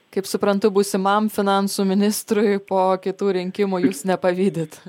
kaip suprantu būsimam finansų ministrui po kitų rinkimų jūs nepavydit